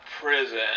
prison